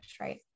right